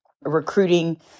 recruiting